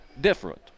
different